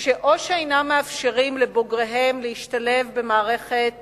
שאינם מאפשרים לבוגריהם להשתלב במערכת